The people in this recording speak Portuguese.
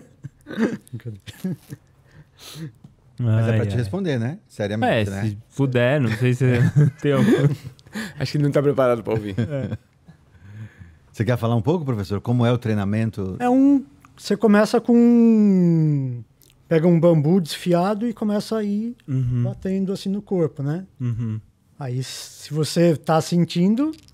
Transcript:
Mas é pra Ai, te ai. responder, né? Seriamente, É, né? se puder, não sei se você tem algum- Acho que ele não tá preparado pra ouvir. É. Você quer falar um pouco, professor? Como é o treinamento? É um- você começa com um- pega um bambu desfiado e começa a ir Uhum. batendo assim no corpo, né? Uhum. Aí, se você tá sentindo,